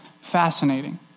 fascinating